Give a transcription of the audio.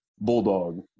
Bulldog